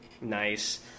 Nice